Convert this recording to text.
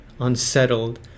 unsettled